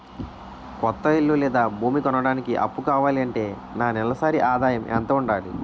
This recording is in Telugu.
కొత్త ఇల్లు లేదా భూమి కొనడానికి అప్పు కావాలి అంటే నా నెలసరి ఆదాయం ఎంత ఉండాలి?